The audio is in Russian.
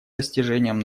достижением